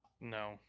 No